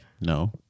no